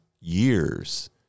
years